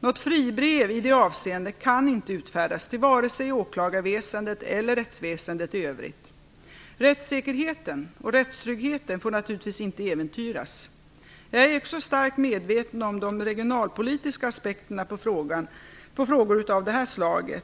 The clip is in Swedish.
Något "fribrev" i det avseendet kan inte utfärdas till vare sig åklagarväsendet eller rättsväsendet i övrigt. Rättssäkerheten och rättstryggheten får naturligtvis inte äventyras. Jag är också starkt medveten om de regionalpolitiska aspekterna på frågor av detta slag.